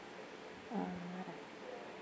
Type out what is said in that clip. alright